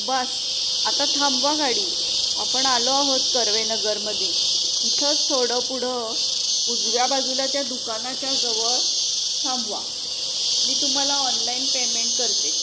बस आता थांबवा गाडी आपण आलो आहोत कर्वेनगरमध्ये इथंच थोडं पुढं उजव्या बाजूला त्या दुकानाच्या जवळ थांबवा मी तुम्हाला ऑनलाईन पेमेंट करते